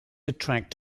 attract